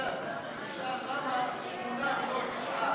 איתן, תשאל למה שמונה ולא תשעה.